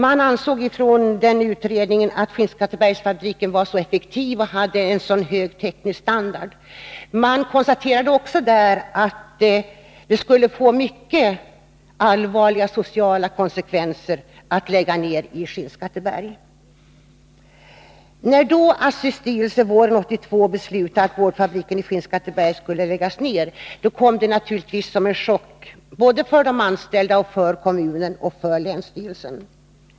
Utredningen anförde som skäl att Skinnskattebergsfabriken var så effektiv och hade en sådan hög teknisk standard. Man konstaterade också att en nedläggning i Skinnskatteberg skulle få mycket allvarliga sociala konsekvenser. När så ASSI-styrelsen våren 1982 beslutade att boardfabriken i Skinnskatteberg skulle läggas ner, kom detta naturligtvis som en chock såväl för de anställda som för kommunen och länsstyrelsen.